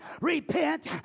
repent